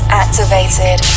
activated